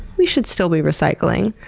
we should still be recycling,